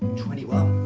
twenty one.